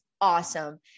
awesome